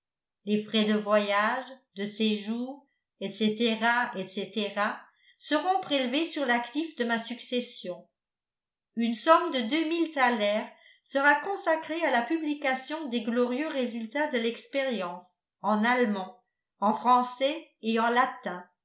les frais de voyage de séjour etc etc seront prélevés sur l'actif de ma succession une somme de deux mille thalers sera consacrée à la publication des glorieux résultats de l'expérience en allemand en français